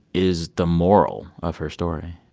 is the moral of her story?